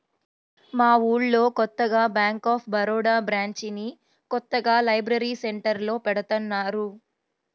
మా ఊళ్ళో కొత్తగా బ్యేంక్ ఆఫ్ బరోడా బ్రాంచిని కొత్తగా లైబ్రరీ సెంటర్లో పెడతన్నారు